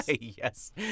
yes